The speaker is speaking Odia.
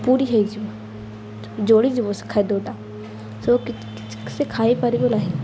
ପୋଡ଼ି ହେଇଯିବ ଜଳିଯିବ ସେ ଖାଦ୍ୟଟା ସ କିଛି ସେ ଖାଇପାରିବ ନାହିଁ